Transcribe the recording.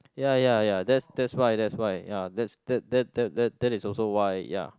ya ya ya that's that's why that's why ya that's that that that that is also why ya